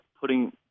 putting